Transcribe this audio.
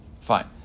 Fine